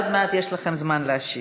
עוד מעט יש לכן זמן להשיב.